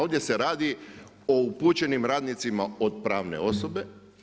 Ovdje se radi o upućenim radnicima od pravne osobe.